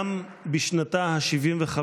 גם בשנתה ה-75,